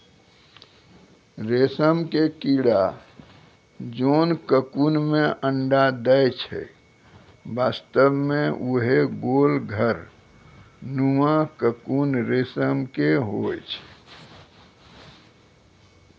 रेशम के कीड़ा जोन ककून मॅ अंडा दै छै वास्तव म वही गोल घर नुमा ककून रेशम के होय छै